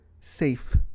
Safe